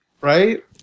right